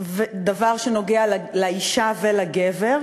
דבר שנוגע באישה ובגבר,